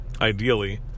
ideally